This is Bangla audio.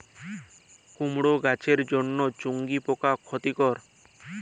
কুমড়ো গাছের জন্য চুঙ্গি পোকা ক্ষতিকর?